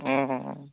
ᱚᱦᱚᱸ